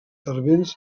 servents